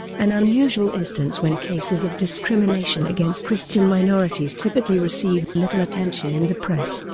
an unusual instance when cases of discrimination against christian minorities typically receive little attention in the press.